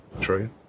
true